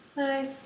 Hi